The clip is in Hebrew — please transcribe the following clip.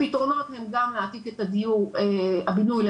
הפתרונות הם גם להעתיק את הבינוי למקום